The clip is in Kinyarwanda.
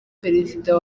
perezida